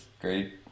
great